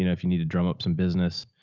you know if you need to drum up some business,